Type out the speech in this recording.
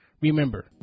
Remember